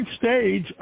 stage